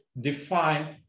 define